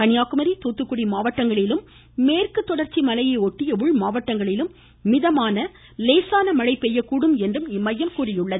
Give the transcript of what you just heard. கன்னியாகுமரி தூத்துக்குடி மாவட்டங்களிலும் மேற்கு தொடர்ச்சி மலையை ஒட்டிய உள்மாவட்டங்களிலும் மிதமான லேசான மழைபெய்யக் கூடும் என்றும் இம்மையம் கூறியுள்ளது